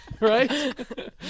Right